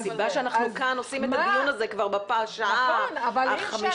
הסיבה שאנחנו כאן עושים את הדיון הזה כבר בשעה החמישית,